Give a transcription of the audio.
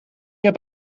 heb